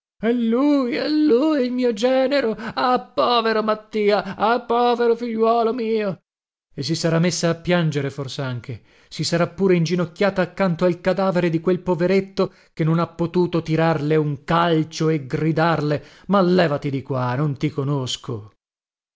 è lui è lui mio genero ah povero mattia ah povero figliuolo mio e si sarà messa a piangere forsanche si sarà pure inginocchiata accanto al cadavere di quel poveretto che non ha potuto tirarle un calcio e gridarle ma lèvati di qua non ti conosco